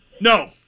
No